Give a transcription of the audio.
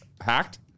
hacked